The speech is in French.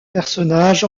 personnage